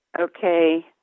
okay